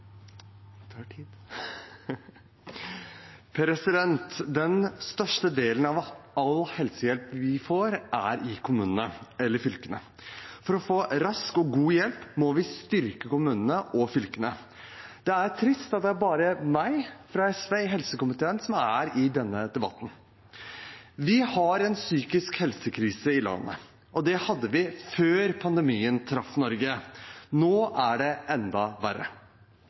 Den største delen av all helsehjelp vi får, skjer i kommunene eller fylkene. For å få rask og god hjelp må vi styrke kommunene og fylkene. Det er trist at det er bare meg fra SV i helsekomiteen som er med i denne debatten. Vi har en psykisk helsekrise i landet, og det hadde vi før pandemien traff Norge. Nå er det enda verre.